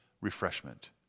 refreshment